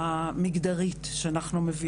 הם בדרך כלל בימי שישי יושבים קבוצה